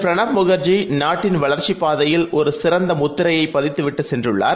பிரணாப்முகர்ஜிநாட்டின்வளர்ச்சிப்பாதையில்ஒருசிறந்தமுத்திரையைப்ப தித்துவிட்டுசென்றுள்ளார்